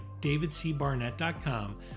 davidcbarnett.com